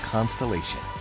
Constellation